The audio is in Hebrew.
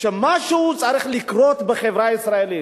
שמשהו צריך לקרות בחברה הישראלית.